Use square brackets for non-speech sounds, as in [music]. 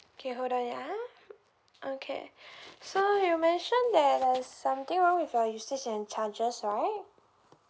okay hold on ya okay [breath] so you mention that there's something wrong with your usage and charges right